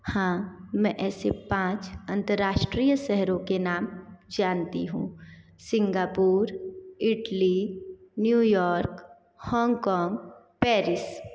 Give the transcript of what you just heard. हाँ मैं ऐसे पाँच अंतर्राष्ट्रीय शहरों के नाम जानती हूँ Singapore Italy New York Hong Kong Paris